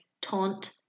taunt